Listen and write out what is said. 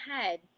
head